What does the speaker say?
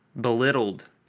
belittled